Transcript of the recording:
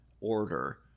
order